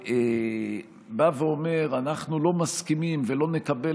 בא ואומר: אנחנו לא מסכימים ולא נקבל